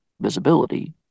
visibility